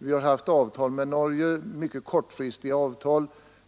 Vi har tidigare haft mycket kortfristiga avtal